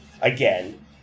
again